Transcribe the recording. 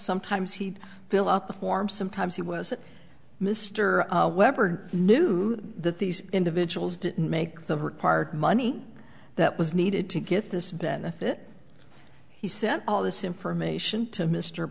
sometimes he'd fill out the form sometimes he was mr weber knew that these individuals didn't make the her part money that was needed to get this benefit he said all this information to mr